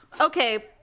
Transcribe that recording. okay